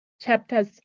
chapters